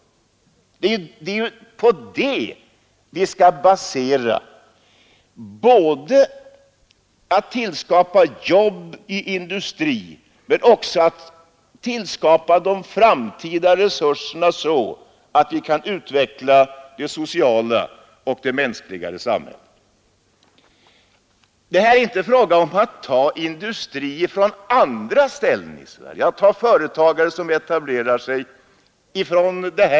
Det är på detta vi skall basera både tillskapande av jobb i industri och tillskapande av de framtida resurserna så att vi kan utveckla det sociala och mänskligare sam hället. Det är här inte fråga om att ta industri från andra ställen i Sverige.